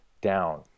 down